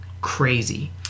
crazy